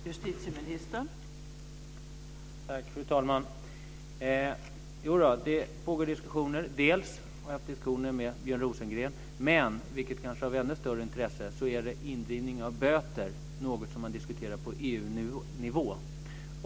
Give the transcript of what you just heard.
Fru talman! Jo, det pågår diskussioner om detta. Jag har för det första haft diskussioner med Björn Rosengren. För det andra, vilket kanske är av ännu större inresse, diskuterar man indrivning av böter på EU-nivå.